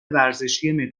ورزشی